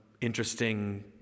interesting